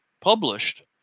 published